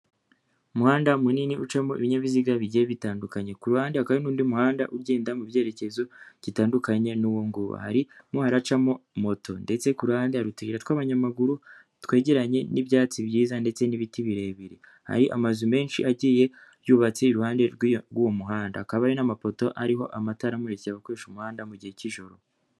Umuhanda munini ucamo ibinyabiziga bigiye bitandukanye kuruhande hakaba nundi muhanda ugenda mubyerekezo bitandukanye nuwo harimo haracamo moto ndetse kuruhande utuyira tw'abanyamaguru twegeranye n'ibyatsi byiza ndetse n'ibiti birebire hari amazu menshi agiye yubatse iruhande rw'uwo muhanda akaba hari n'amapoto ariho amatara amurikiye abakoresha umuhanda mugihe cy'ijoro.